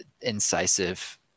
incisive